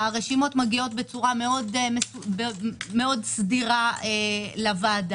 הרשימות מגיעות בצורה מאוד סדירה לוועדה.